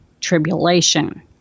tribulation